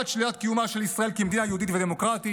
"(1) שלילת קיומה של ישראל כמדינה יהודית ודמוקרטית,